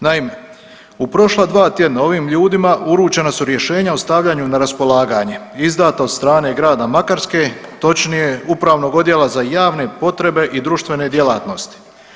Naime, u prošla dva tjedna ovim ljudima uručena su rješenja o stavljanju na raspolaganje izdata od strane grada Makarske, točnije Upravnog odjela za javne potrebe i društvene djelatnosti.